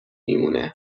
میمونه